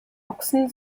ochsen